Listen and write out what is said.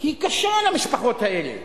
היא קשה למשפחות האלה.